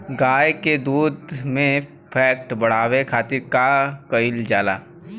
गाय के दूध में फैट बढ़ावे खातिर का कइल जाला?